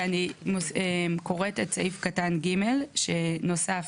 אני קוראת את סעיף קטן ג' שנוסף